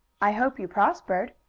i hope you prospered,